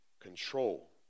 control